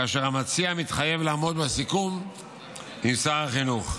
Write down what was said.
כאשר המציע מתחייב לעמוד בסיכום עם שר החינוך.